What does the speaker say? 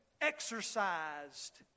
exercised